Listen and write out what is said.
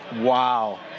Wow